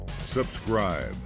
subscribe